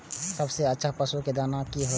सबसे अच्छा पशु के दाना की हय?